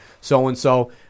so-and-so